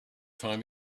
time